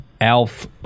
Alf